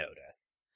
notice